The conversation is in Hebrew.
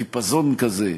בחיפזון כזה,